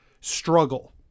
struggle